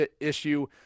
issue